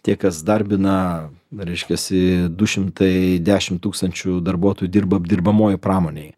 tie kas darbina reiškiasi du šimtai dešim tūkstančių darbuotojų dirba apdirbamojoj pramonėj